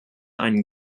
einen